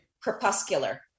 Crepuscular